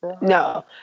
No